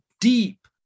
deep